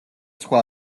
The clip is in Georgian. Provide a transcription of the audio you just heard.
სხვა